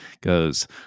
goes